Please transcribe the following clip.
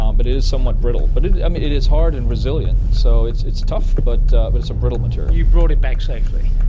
um but it is somewhat brittle. but i mean it is hard and resilient, so it's it's tough, but but it's a brittle material. you brought it back safely?